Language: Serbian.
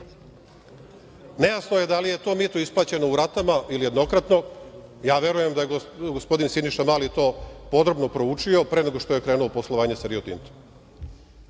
Nejasno je da li je taj mito isplaćeno u ratama ili jednokratno. Ja verujem da je gospodin Siniša Mali to podrobno proučio pre nego što je krenuo u poslovanje sa Rio Tintom. Miki